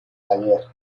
taller